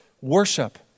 worship